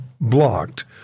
blocked